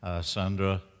Sandra